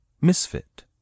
Misfit